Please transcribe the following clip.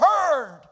heard